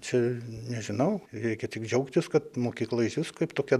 čia nežinau reikia tik džiaugtis kad mokykla išvis kaip tokia